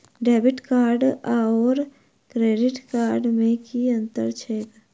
Debit card आओर credit card मे की अन्तर छैक?